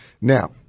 Now